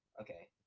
okay